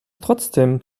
trotzdem